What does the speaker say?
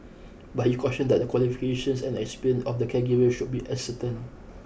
but he cautioned that the qualifications and experience of the caregiver should be ascertained